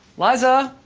liza?